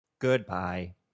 Goodbye